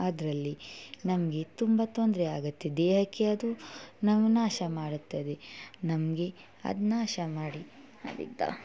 ಅದರಲ್ಲಿ ನಮಗೆ ತುಂಬ ತೊಂದರೆ ಆಗುತ್ತೆ ದೇಹಕ್ಕೆ ಅದು ನಾವು ನಾಶ ಮಾಡುತ್ತದೆ ನಮಗೆ ಅದು ನಾಶ ಮಾಡಿ ಅದಿಕ